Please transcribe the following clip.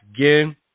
again